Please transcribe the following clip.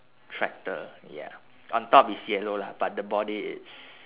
tractor ya on top is yellow lah but the body it's